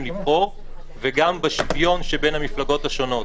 לבחור וגם בשוויון שבין המפלגות השונות.